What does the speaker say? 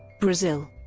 brazil